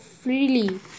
freely